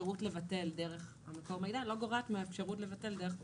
שהאפשרות לבטל דרך מקור המידע לא גורעת מהאפשרות לבטל או